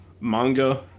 manga